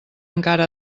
encara